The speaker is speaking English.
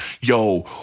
yo